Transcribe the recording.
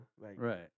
Right